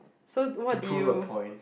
so what did you